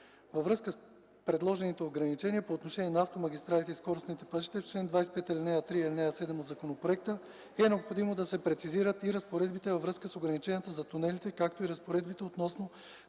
Във връзка с предложените ограничения по отношение на автомагистралите и скоростните пътища в чл. 25, ал. 3 и ал. 7 от законопроекта, е необходимо да се прецизират и разпоредбите във връзка с ограниченията за тунелите, както и разпоредбите относно